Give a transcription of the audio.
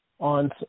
On